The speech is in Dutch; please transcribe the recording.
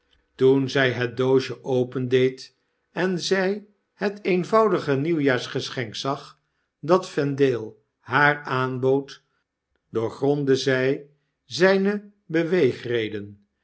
toen zy het doosje opendeed en zy het eenvoudige nieuwjaarsgeschenk zag dat vendale haar aanbood doorgrondde zij zpe